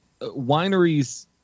wineries